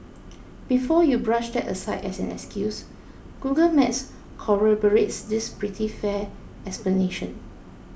before you brush that aside as an excuse Google Maps corroborates this pretty fair explanation